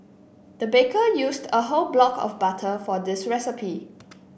the baker used a whole block of butter for this recipe